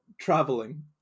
traveling